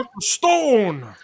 Stone